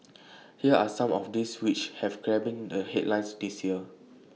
here are some of those which have grabbing the headlines this year